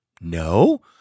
No